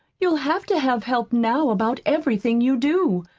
you'll have to have help now about everything you do.